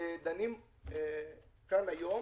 דנים כאן היום